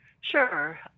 Sure